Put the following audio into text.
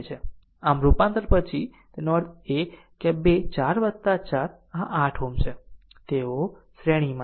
આમ રૂપાંતર પછી આમ તેનો અર્થ એ કે આ બે 4 4 આ 8 Ω છે તેઓ શ્રેણીમાં છે